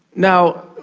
now,